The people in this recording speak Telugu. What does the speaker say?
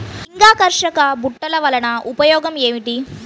లింగాకర్షక బుట్టలు వలన ఉపయోగం ఏమిటి?